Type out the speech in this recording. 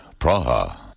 Praha